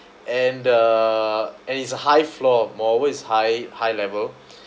and uh and it's a high floor moreover it's high high level